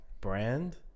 brand